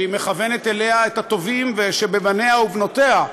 שהיא שמכוונת אליה את הטובים שבבניה ובנותיה,